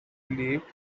believed